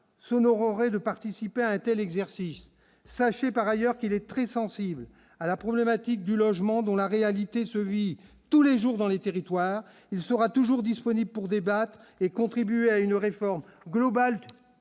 s'honorerait de participer à untel exercice sachez par ailleurs qu'il est très sensible à la problématique du logement dont la réalité se vit tous les jours dans les territoires, il sera toujours disponible pour débattre et contribuer à une réforme globale